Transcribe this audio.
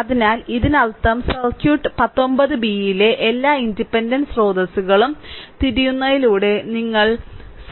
അതിനാൽ ഇതിനർത്ഥം circuit 19 b യിലെ എല്ലാ ഇൻഡിപെൻഡന്റ് സ്രോതസ്സുകളും തിരിയുന്നതിലൂടെ നിങ്ങൾ